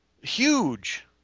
Huge